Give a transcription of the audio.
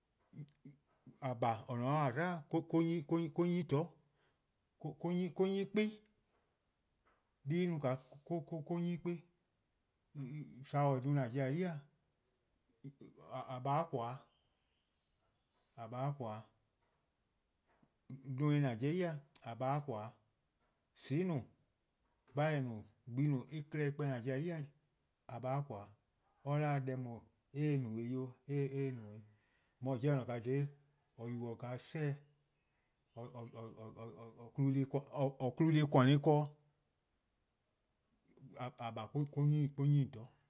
:a :baa' :or :ne-a 'de :a 'dlu :or-: 'nyi-ih 'toror'. Or-: 'nyi-kih' 'kpa+, deh+ en no-a or-: 'nyi-ih 'kpa+, saworn 'i :daa :an 'ye-a' :a :baa' :koan: 'o, :a :baa' :koan: 'o, neme: :an pobo-a ya :a :baa' :koan: 'o, :soon'+ 'i, 'gbalor:+ 'i, gba+ 'i, enklehkpeh :an pobo-a ya :a :baa' :koan: 'o, :mor or 'da deh :daa eh :se-' no-eh: 'i 'o eh :se-' no-eh: 'i, :an 'jeh :or :ne-a :dha :daa :or yubo-a 'seheh' :or klu-a deh+ :kornu'+ ken-dih, :a :baa' or-: 'nyi :on 'toror'.